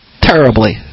terribly